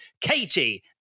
Katie